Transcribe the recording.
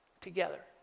Together